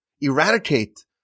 eradicate